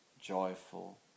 joyful